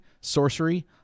sorcery